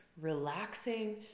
relaxing